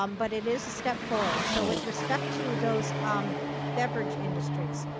um but it is a step forward. so with respect to those um beverage industries,